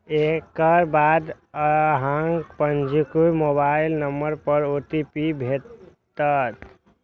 एकर बाद अहांक पंजीकृत मोबाइल नंबर पर ओ.टी.पी भेटत